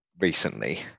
recently